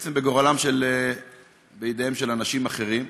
ובעצם את גורלו בידיהם של אנשים אחרים,